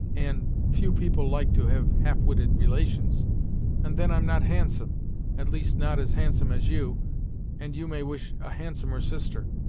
and few people like to have half witted relations and then i'm not handsome at least, not as handsome as you and you may wish a handsomer sister.